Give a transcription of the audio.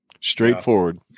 Straightforward